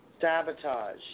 sabotage